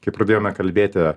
kai pradėjome kalbėti